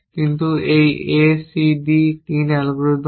কিন্তু এই A C D 3 algorithm